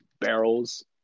barrels